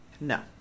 No